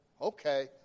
okay